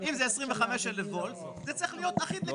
אם זה 25,000 ולט זה צריך להיות אחיד לכולם.